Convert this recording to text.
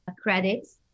credits